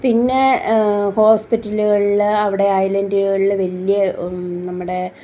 പിന്നെ ഹോസ്പിറ്റലുകളിൽ അവിടെ ഐലൻഡുകളിൽ വലിയ നമ്മുടെ